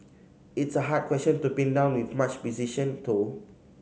it's a hard question to pin down with much precision though